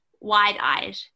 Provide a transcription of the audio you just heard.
wide-eyed